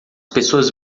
pessoas